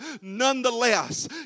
nonetheless